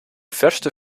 verste